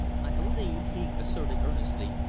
i believe, he asserted earnestly,